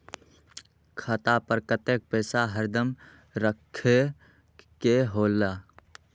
खाता पर कतेक पैसा हरदम रखखे के होला?